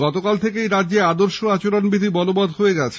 গতকাল থেকেই রাজ্যে আদর্শ আচরণবিধি বলবত হয়ে গেছে